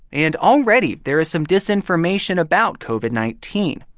and already, there is some disinformation about covid nineteen,